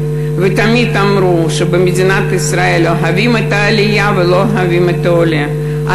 ותמיד אמרו שבמדינת ישראל אוהבים את העלייה ולא אוהבים את העולה,